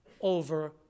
over